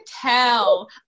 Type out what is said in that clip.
tell